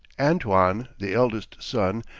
antoine, the eldest son,